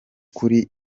kuri